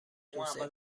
توسعه